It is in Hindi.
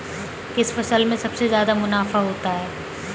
किस फसल में सबसे जादा मुनाफा होता है?